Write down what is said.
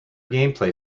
gameplay